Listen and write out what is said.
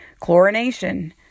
chlorination